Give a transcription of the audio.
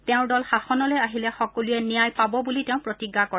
তেওঁৰ দল সাসনলৈ আহিলে সকলোৱে ন্যায় পাব বুলি তেওঁ প্ৰতিজ্ঞা কৰে